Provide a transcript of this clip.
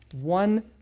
one